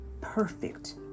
perfect